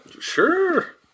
Sure